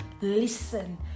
listen